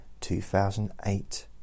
2008